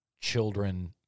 children